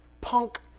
punk